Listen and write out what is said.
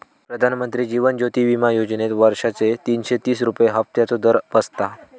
प्रधानमंत्री जीवन ज्योति विमा योजनेत वर्षाचे तीनशे तीस रुपये हफ्त्याचो दर बसता